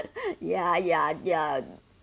ya ya ya